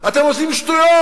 אתם עושים שטויות,